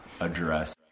address